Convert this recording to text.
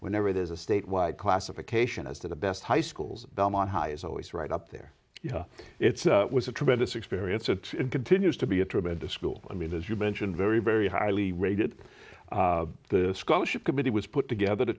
whenever there's a statewide classification as the best high schools belmont high is always right up there it's was a tremendous experience it continues to be a tremendous school i mean as you mentioned very very highly rated the scholarship committee was put together to